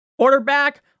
quarterback